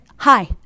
Hi